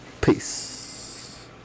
peace